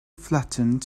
flattened